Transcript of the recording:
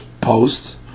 post